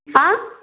ହଁ